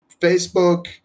Facebook